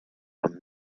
were